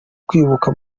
kwibuka